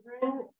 children